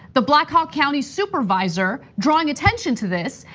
the black hawk county supervisor, drawing attention to this.